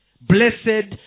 Blessed